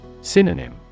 Synonym